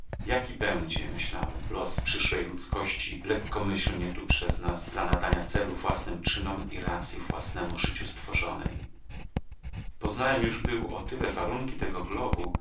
jaki będzie myślałem los przyszłej ludzkości lekkomyślnie tu przez nas dla nadania celu własnym czynom i racji własnemu życiu stworzonej poznałem już był o tyle warunki tego globu